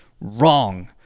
wrong